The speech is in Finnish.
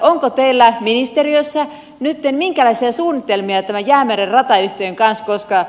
onko teillä ministeriössä nytten minkälaisia suunnitelmia tämän jäämeren ratayhteyden kanssa